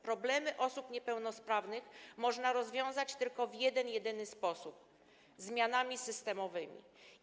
Problemy osób niepełnosprawnych można rozwiązać tylko w jeden jedyny sposób: zmianami systemowymi.